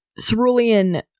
Cerulean